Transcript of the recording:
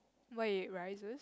why it rises